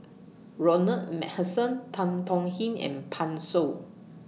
Ronald MacPherson Tan Tong Hye and Pan Shou